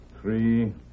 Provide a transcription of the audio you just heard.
three